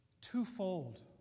twofold